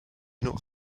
not